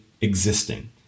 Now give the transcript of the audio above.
existing